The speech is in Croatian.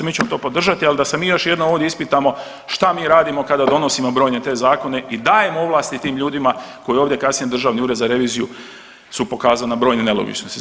Mi ćemo to podržati, ali da se mi još jednom ovdje ispitamo šta mi radimo kada donosimo brojne te zakone i dajemo ovlasti tim ljudima koje kasnije ovdje Državni ured za reviziju su ukazali na brojne nelogičnosti.